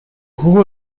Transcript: jugo